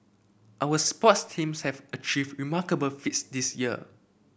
our sports teams have achieved remarkable feats this year